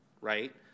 right